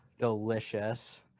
Delicious